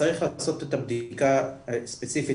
צריך לעשות את הבדיקה הספציפית,